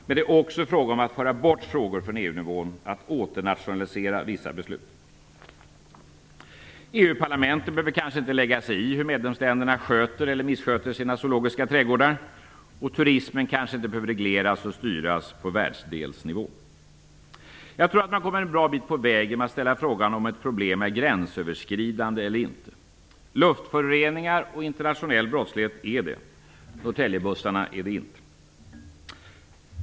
Men det är också fråga om att föra bort frågor från EU-parlamentet behöver kanske inte lägga sig i hur medlemsländerna sköter eller missköter sina zoologiska trädgårdar. Och turismen kanske inte behöver regleras och styras på världsdelsnivå. Jag tror att man kommer en bra bit på väg genom att ställa frågan om ifall ett problem är gränsöverskridande eller inte. Luftföroreningar och internationell brottslighet är det. Norrtäljebussarna är inte det.